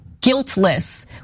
guiltless